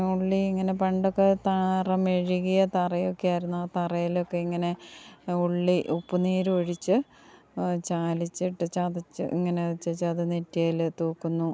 ഉള്ളി ഇങ്ങനെ പണ്ടൊക്കെ തറ മെഴുകിയ തറയൊക്കെയായിരുന്നു ആ തറയിലൊക്കെ ഇങ്ങനെ ഉള്ളി ഉപ്പു നീരൊഴിച്ച് ചാലിച്ചിട്ട് ചതച്ച് ഇങ്ങനെ വെച്ച് ചത നെറ്റിയിൽ തൂക്കുന്നു